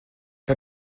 pas